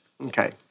Okay